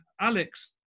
Alex